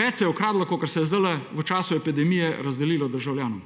Več se je ukradlo, kot se je zdaj, v času epidemije razdelilo državljanom.